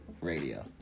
Radio